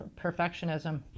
perfectionism